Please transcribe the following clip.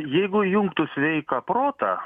jeigu įjungtų sveiką protą